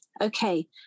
Okay